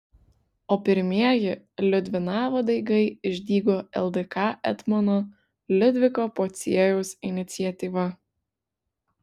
o pirmieji liudvinavo daigai išdygo ldk etmono liudviko pociejaus iniciatyva